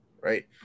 Right